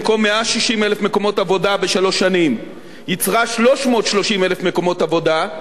במקום 160,000 מקומות עבודה בשלוש שנים יצרה 330,000 מקומות עבודה,